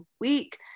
week